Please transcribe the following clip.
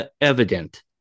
evident